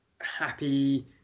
happy